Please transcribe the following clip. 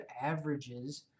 averages